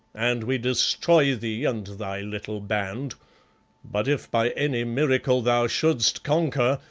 and we destroy thee and thy little band but if by any miracle thou shouldst conquer,